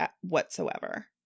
whatsoever